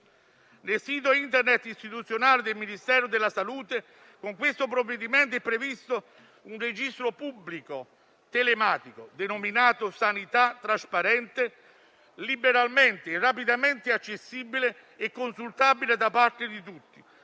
Nel sito Internet istituzionale del Ministero della salute con il provvedimento al nostro esame è previsto un registro pubblico telematico, denominato «Sanità trasparente», liberalmente e rapidamente accessibile e consultabile da parte di tutti.